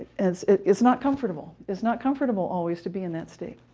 as it's not comfortable. it's not comfortable always to be in that state.